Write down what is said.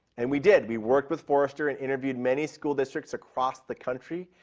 and we did. we worked with forrester and interviewed many school districts across the country.